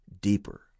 deeper